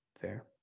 Fair